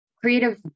Creative